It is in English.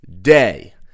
day